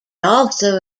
also